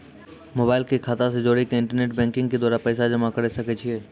Mobile के खाता से जोड़ी के इंटरनेट बैंकिंग के द्वारा पैसा जमा करे सकय छियै?